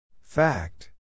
Fact